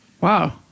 Wow